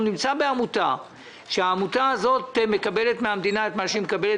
הוא נמצא בעמותה שמקבלת מן המדינה את מה שהיא מקבלת